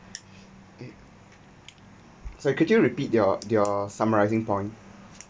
sorry could you repeat your your summarising point